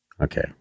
Okay